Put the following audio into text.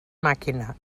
màquina